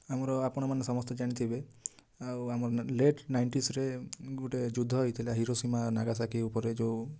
ଆମର ଆପଣମାନେ ସମସ୍ତେ ଜାଣିଥିବେ ଆଉ ଆମର ଲେଟ୍ ନାଇଣ୍ଟିସ୍ରେ ଗୋଟେ ଯୁଦ୍ଧ ହେଇଥିଲା ହିରୋସୀମା ନାଗାସାକ୍ଷୀ ଉପରେ ଯେଉଁ